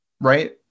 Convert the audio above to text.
right